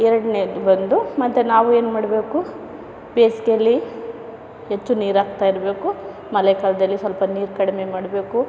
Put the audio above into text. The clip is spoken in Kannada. ಎರಡ್ನೇದು ಬಂದು ಮತ್ತೆ ನಾವು ಏನ್ಮಾಡಬೇಕು ಬೇಸಿಗೇಲಿ ಹೆಚ್ಚು ನೀರಾಕ್ತಾಯಿರಬೇಕು ಮಳೆಗಾಲದಲ್ಲಿ ಸ್ವಲ್ಪ ನೀರು ಕಡಿಮೆ ಮಾಡಬೇಕು